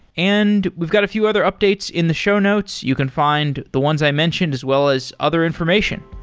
and we've got a few other updates in the show notes. you can find the ones i mentioned as well as other information.